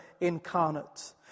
incarnate